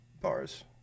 bars